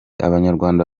abanyarwanda